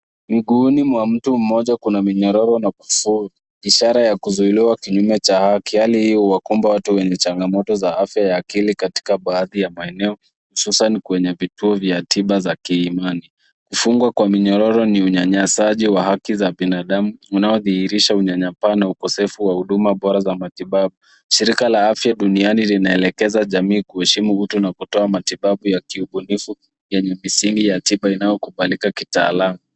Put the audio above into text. Mguuni mwa mtu mmoja kuna minyororo na vifuli, ishara ya kuzuiliwa kinyume cha haki. Hali hii huwakumba watu wenye changamoto za afya ya akili katika baadhi ya maeneo, hususan kwenye vituo vya tiba za kiiamani. Kufungwa kwa minyororo ni unyanyasaji wa haki za binadamu unaodhihirisha unyanyapaa na ukosefu wa huduma bora za matibabu. Shirika la afya duniani linaelekeza jamii kuheshimu utu na kutoa matibabu ya kiubunifu yenye misingi ya tiba inayokubalika kitaalamu.